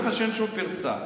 אין שום פרצה.